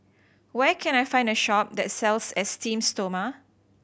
where can I find a shop that sells Esteem Stoma